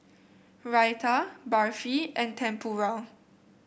Raita Barfi and Tempura